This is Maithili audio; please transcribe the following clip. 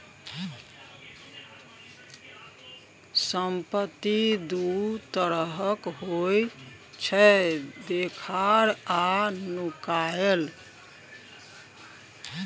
संपत्ति दु तरहक होइ छै देखार आ नुकाएल